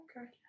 Okay